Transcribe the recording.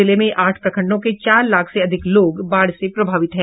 जिले में आठ प्रखंडों के चार लाख से अधिक लोग बाढ़ से प्रभावित हैं